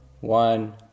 one